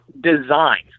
design